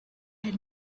had